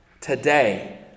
today